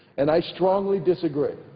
and i strongly disagree.